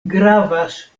gravas